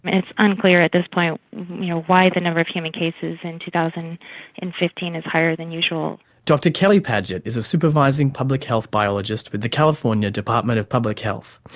it's unclear at this point why the number of human cases in two thousand and fifteen is higher than usual. dr kerry padgett is a supervising public health biologist with the california department of public health,